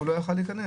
והוא לא יוכל להיכנס?